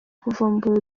kuvumbura